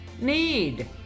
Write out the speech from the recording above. need